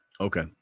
Okay